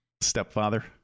Stepfather